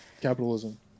Capitalism